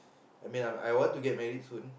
I mean I I want to get married soon